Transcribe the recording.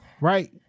right